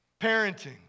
Parenting